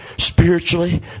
Spiritually